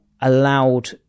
allowed